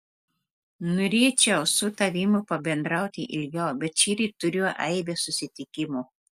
norėčiau su tavimi pabendrauti ilgiau bet šįryt turiu aibę susitikimų